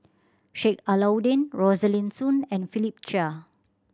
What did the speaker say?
Sheik Alau'ddin Rosaline Soon and Philip Chia